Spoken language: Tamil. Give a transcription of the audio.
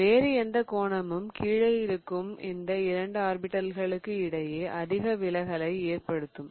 வேறு எந்த கோணமும் கீழே இருக்கும் இந்த இரண்டு ஆர்பிடல்களுக்கு இடையே அதிக விலகலை ஏற்படுத்தும்